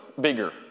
bigger